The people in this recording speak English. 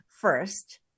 first